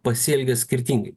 pasielgė skirtingai